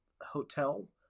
hotel